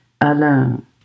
alone